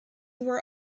were